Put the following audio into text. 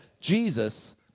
Jesus